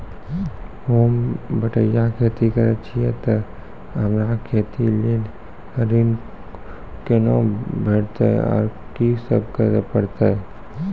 होम बटैया खेती करै छियै तऽ हमरा खेती लेल ऋण कुना भेंटते, आर कि सब करें परतै?